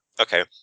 Okay